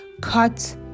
cut